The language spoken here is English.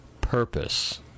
purpose